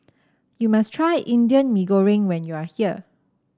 you must try Indian Mee Goreng when you are here